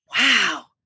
Wow